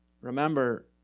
Remember